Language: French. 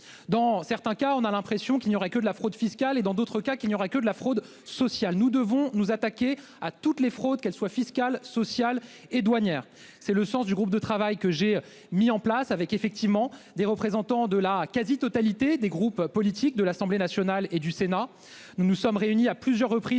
Dans certains cas, on a l'impression qu'il n'y aurait que de la fraude fiscale et, dans d'autres, uniquement de la fraude sociale. Nous devons nous attaquer à toutes les fraudes, qu'elles soient fiscales, sociales ou douanières. Tel est l'objectif du groupe de travail que j'ai mis en place et qui réunit des représentants de la quasi-totalité des groupes politiques de l'Assemblée nationale et du Sénat. Nous nous sommes réunis à plusieurs reprises